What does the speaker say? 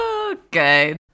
Okay